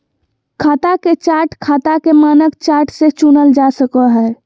खाता के चार्ट खाता के मानक चार्ट से चुनल जा सको हय